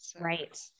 right